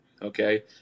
Okay